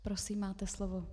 Prosím, máte slovo.